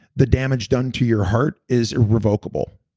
the damage done to your heart is irrevocable.